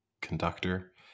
conductor